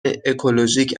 اکولوژیک